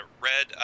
red